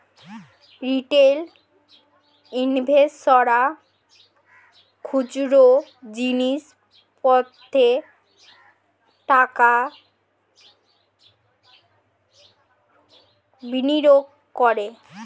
retail ইনভেস্টর্সরা খুচরো জিনিস পত্রে টাকা বিনিয়োগ করে